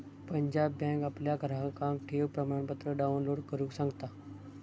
Punjab bank आपल्या ग्राहकांका ठेव प्रमाणपत्र डाउनलोड करुक सांगता